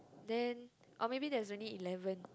then or maybe there's a twenty eleven